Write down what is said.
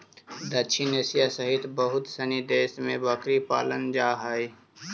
दक्षिण एशिया सहित बहुत सनी देश में बकरी पालल जा हइ